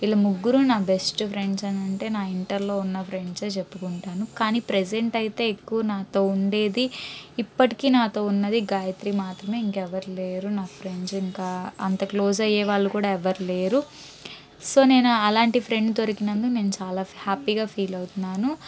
ఈళ్ళ ముగ్గురు నా best friends అనంటే నా ఇంటర్లో ఉన్న ఫ్రెండ్సే చెప్పుకుంటాను కానీ ప్రెసెంట్ అయితే ఎక్కువ నాతో ఉండేది ఇప్పటికీ నాతో ఉన్నది గాయత్రి మాత్రమే ఇంకెవరు లేరు ఇంకా అంత క్లోజ్ అయ్యే వారు ఇంకెవరు లేరు సో నేను అలాంటి ఫ్రెండ్ దొరికినందుకు నేను చాలా హ్యాప్పీగా ఫీల్ అవుతున్నాను